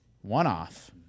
One-off